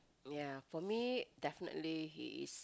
yeah for me definitely he is